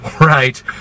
Right